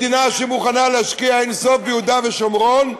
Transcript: מדינה שמוכנה להשקיע אין-סוף ביהודה ושומרון,